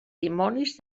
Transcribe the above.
dimonis